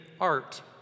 art